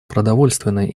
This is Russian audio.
продовольственная